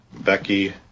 Becky